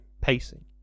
pacing